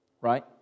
right